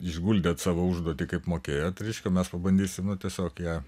išguldėt savo užduotį kaip mokėjot reiškia mes pabandysim nu tiesiog ją